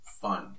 fun